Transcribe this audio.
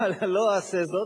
לא אעשה זאת,